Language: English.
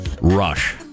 Rush